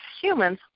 humans